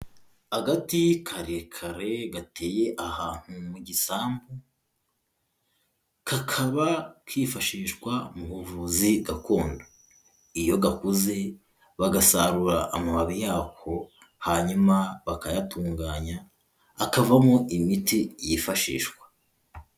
Agati karekare gateye ahantu mu gisambu, kakaba kifashishwa mu buvuzi gakondo. Iyo gakuze bagasarura amababi yako, hanyuma bakayatunganya, akavamo imiti yifashishwa.